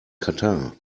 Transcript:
katar